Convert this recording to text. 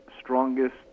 strongest